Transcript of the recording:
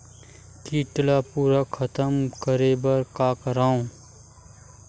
कीट ला पूरा खतम करे बर का करवं?